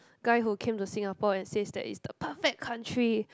guy who came to Singapore and says that it's the perfect country